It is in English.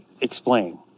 explain